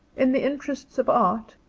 in the interests of art,